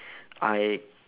I